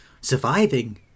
surviving